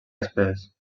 espès